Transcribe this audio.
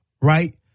Right